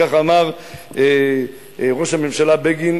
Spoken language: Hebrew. ככה אמר ראש הממשלה בגין,